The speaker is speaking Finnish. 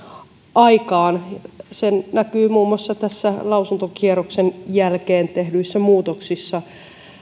aikaan se näkyy muun muassa näissä lausuntokierroksen jälkeen tehdyissä muutoksissa